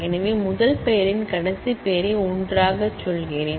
எனவே முதல் பெயரின் கடைசி பெயரை ஒன்றாகச் சொல்கிறேன்